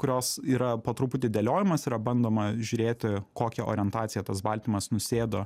kurios yra po truputį dėliojamos yra bandoma žiūrėti kokią orientaciją tas baltymas nusėdo